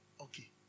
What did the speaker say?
okay